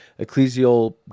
ecclesial